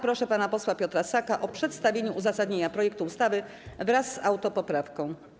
Proszę pana posła Piotra Saka o przedstawienie uzasadnienia projektu ustawy wraz z autopoprawką.